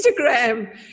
Instagram